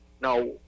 Now